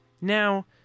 now